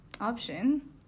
option